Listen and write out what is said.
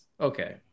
Okay